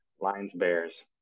Lions-Bears